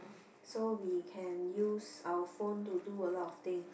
so we can use our phone to do a lot of things